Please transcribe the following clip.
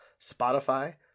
spotify